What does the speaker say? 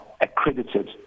accredited